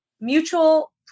mutual